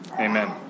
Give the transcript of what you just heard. Amen